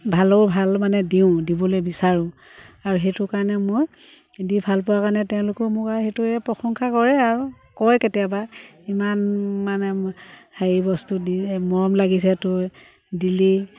ভালৰো ভাল মানে দিওঁ দিবলৈ বিচাৰোঁ আৰু সেইটো কাৰণে মই দি ভাল পোৱাৰ কাৰণে তেওঁলোকেও মোক আৰু সেইটোৱে প্ৰশংসা কৰে আৰু কয় কেতিয়াবা ইমান মানে হেৰি বস্তু দি মৰম লাগিছে তই দিলি